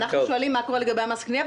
אנחנו שואלים מה קורה לגבי מס הקנייה.